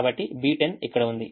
కాబట్టి B10 ఇక్కడ ఉంది